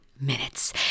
minutes